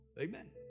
Amen